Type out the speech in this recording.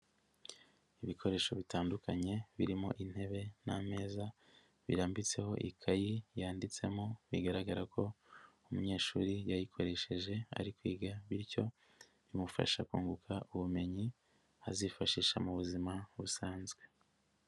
Ibikoresho bitandukanye birimo intebe n'ameza, birambitseho ikayi yanditsemo bigaragara ko umunyeshuri yayikoresheje ari kwiga bityo bimufasha kunguka ubumenyi, azifashisha mu buzima busanzwe.